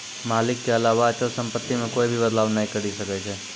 मालिक के अलावा अचल सम्पत्ति मे कोए भी बदलाव नै करी सकै छै